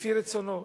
לפי רצונו,